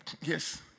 Yes